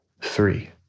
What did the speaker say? three